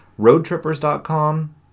Roadtrippers.com